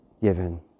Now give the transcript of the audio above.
Given